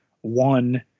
one